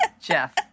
Jeff